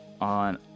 on